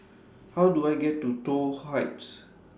How Do I get to Toh Heights